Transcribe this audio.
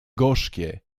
gorzkie